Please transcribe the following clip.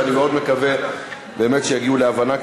ואני מאוד מקווה שבאמת יגיעו להבנה,